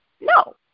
No